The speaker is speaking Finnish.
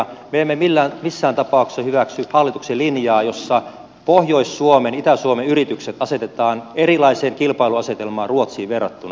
me emme missään tapauksessa hyväksy hallituksen linjaa jossa pohjois suomen itä suomen yritykset asetetaan erilaiseen kilpailuasetelmaan ruotsiin verrattuna